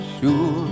sure